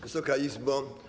Wysoka Izbo!